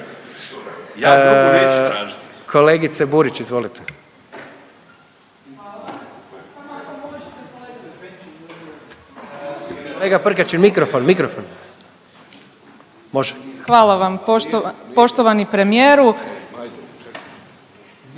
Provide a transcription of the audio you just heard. poštova…, poštovani premijeru…